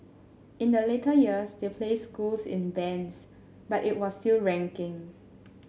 in the later years they place schools in bands but it was still ranking